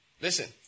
Listen